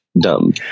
dumb